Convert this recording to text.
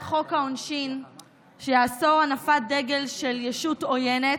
חוק העונשין שיאסור הנפת דגל של ישות עוינת,